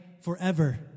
forever